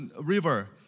River